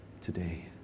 today